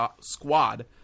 squad